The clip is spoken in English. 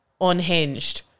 unhinged